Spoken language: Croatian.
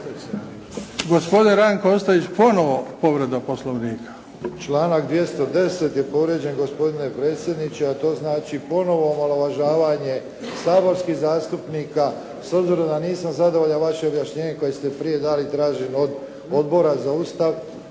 Gospodin Ranko Ostojić ponovno povreda Poslovnika. **Ostojić, Ranko (SDP)** Članak 210. je povrijeđen gospodine predsjedniče, a to znači ponovno omalovažavanje saborskih zastupnika. S obzirom da nisam zadovoljan vašim objašnjenjem koji ste prije dali tražim od Odbora za Ustav,